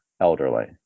elderly